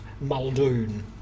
Muldoon